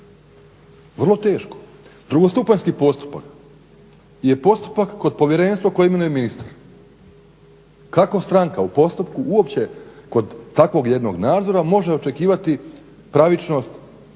Vrlo teško. Drugostupanjski postupak je postupak kod povjerenstva koje imenuje ministar. Kako stranka u postupku uopće kod takvog jednog nadzora može očekivati pravičnost,